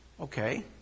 okay